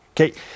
Okay